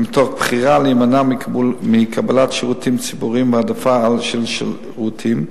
ומתוך בחירה להימנע מקבלת שירותים ציבוריים והעדפה של שירותים,